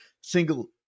single